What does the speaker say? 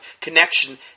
connection